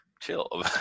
chill